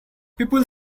people